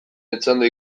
etzanda